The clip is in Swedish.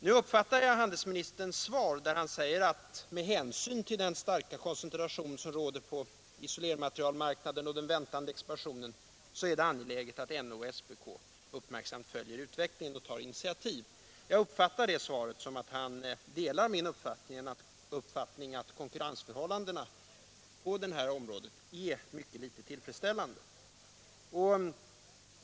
Nu säger handelsministern i sitt svar: ”Med hänsyn till den starka koncentration som råder på isolermaterialmarknaden och den väntade expansionen är det angeläget att NO och SPK även fortsättningsvis uppmärksamt följer utvecklingen och tar initiativ.” Jag uppfattar det så att han delar min uppfattning att konkurrensförhållandena på detta område är otillfredsställande.